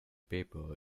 paper